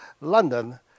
London